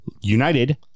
United